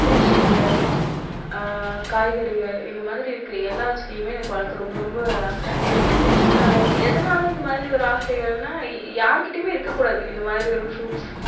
பூச்செடிகள் காய்கறிகள் இந்த மாதிரி இருக்க எல்லா செடியுமே எனக்கு வளர்க்க ரொம்ப ரொம்ப ஆசை எதனால் இந்த மாதிரி ஒரு ஆசைகள்னால் யா யாருகிட்டயுமே இருக்கக்கூடாது இந்த மாதிரி ஒரு ஃப்ரூட்ஸ்